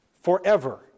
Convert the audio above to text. forever